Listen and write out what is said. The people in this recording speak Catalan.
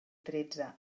tretze